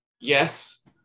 Yes